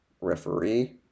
referee